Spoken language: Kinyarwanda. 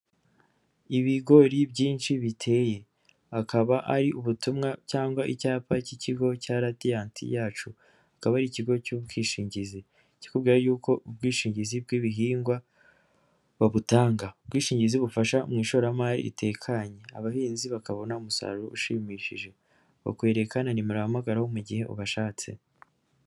Ibigori byinshi biteye, akaba ari ubutumwa cyangwa icyapa cy'ikigo cya RADIANT yacu, akaba ari ikigo cy'ubwishingizi, kiri kukubwira yuko ubwishingizi bw'ibihingwa babutanga, ubwishingizi bufasha mu ishoramari ritekanye, abahinzi bakabona umusaruro ushimishije bakwereke na nimero ubahamagaraho mu gihe ubashatse.